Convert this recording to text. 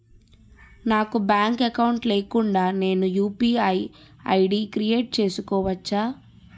నాకు bank account లేకుండా నేను యు.పి.ఐ ఐ.డి క్రియేట్ చేసుకోవచ్చా?